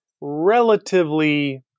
relatively